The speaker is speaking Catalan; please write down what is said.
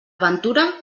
ventura